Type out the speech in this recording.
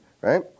right